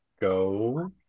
Go